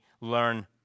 learn